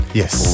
Yes